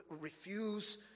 Refuse